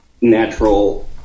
natural